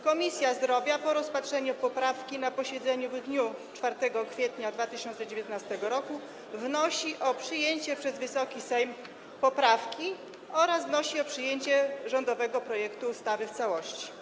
Komisja Zdrowia po rozpatrzeniu poprawki na posiedzeniu w dniu 4 kwietnia 2019 r. wnosi o przyjęcie przez Wysoki Sejm poprawki oraz wnosi o przyjęcie rządowego projektu ustawy w całości.